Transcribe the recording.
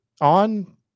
On